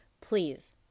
please